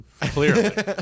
clearly